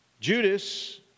Judas